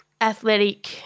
athletic